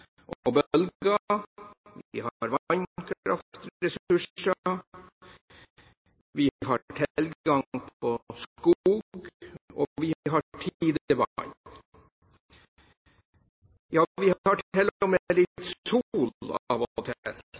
og bølger, vi har vannkraftressurser, vi har tilgang på skog, og vi har tidevann. Ja, vi har til og med litt sol av